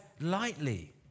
lightly